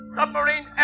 Submarine